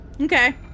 Okay